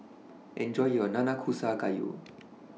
Enjoy your Nanakusa Gayu